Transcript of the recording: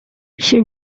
she